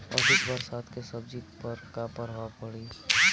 अधिक बरसात के सब्जी पर का प्रभाव पड़ी?